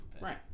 right